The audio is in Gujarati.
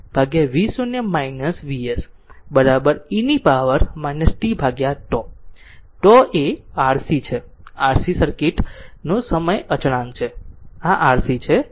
તેથી તે v Vsv0 Vs e to the power tτ τ Rc એ RC સર્કિટ નો સમય અચળાંક આ RC છે